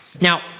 Now